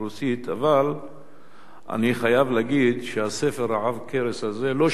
אבל אני חייב להגיד שהספר עב הכרס הזה לא שכנע אותי